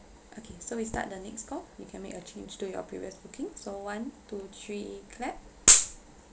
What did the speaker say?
okay so we start the next call you can make a change to your previous booking so one two three clap